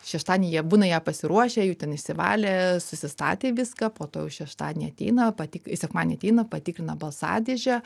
šeštadienį jie būna ją pasiruošę jau ten išsivalę susistatę viską po to jau šeštadienį ateina pati sekmadienį ateina patikrina balsadėžę